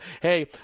hey